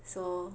so